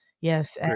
Yes